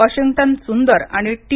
Washington Sundar आणि T